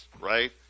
right